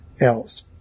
else